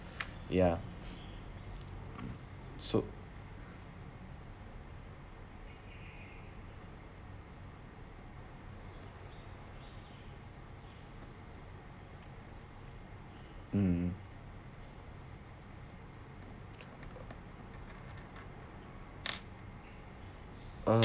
ya so mm uh